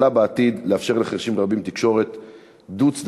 יכולה בעתיד לאפשר לחירשים רבים תקשורת דו-צדדית,